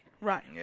Right